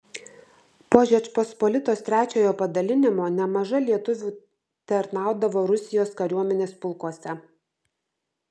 po žečpospolitos trečiojo padalinimo nemaža lietuvių tarnaudavo rusijos kariuomenės pulkuose